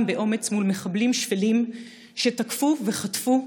באומץ מול מחבלים שפלים שתקפו וחטפו,